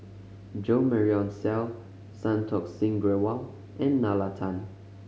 Jo Marion Seow Santokh Singh Grewal and Nalla Tan